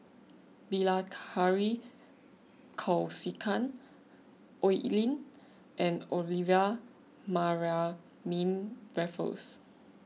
Bilahari Kausikan Oi Lin and Olivia Mariamne Raffles